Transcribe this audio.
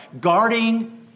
guarding